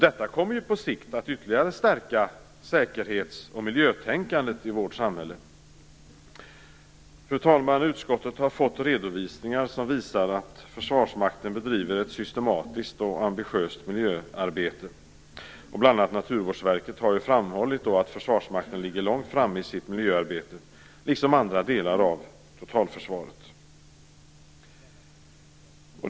Detta kommer på sikt att ytterligare stärka säkerhets och miljötänkandet i vårt samhälle. Fru talman! Utskottet har fått redovisningar som visar att Försvarsmakten bedriver ett systematiskt och ambitiöst miljöarbete. Bl.a. Naturvårdsverket har framhållit att Försvarsmakten ligger långt framme i sitt miljöarbete, liksom andra delar av totalförsvaret.